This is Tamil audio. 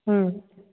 ம்